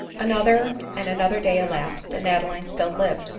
another, and another day elapsed, and adeline still lived.